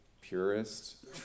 purist